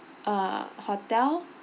uh hotel